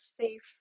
safe